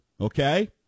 okay